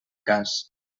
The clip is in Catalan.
cas